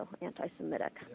anti-Semitic